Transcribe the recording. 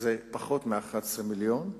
הוא פחות מ-11 מיליון,